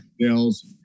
Sales